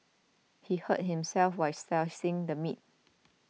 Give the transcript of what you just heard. he hurt himself while slicing the meat